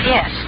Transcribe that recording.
Yes